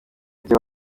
gihe